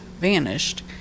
vanished